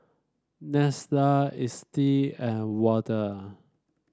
Neslla Estie and Wade